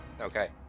Okay